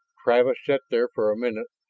travis sat there for a minute,